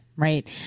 Right